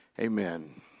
Amen